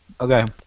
Okay